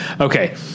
okay